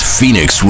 Phoenix